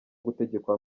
gutegekwa